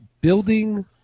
building